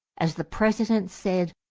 as the president said,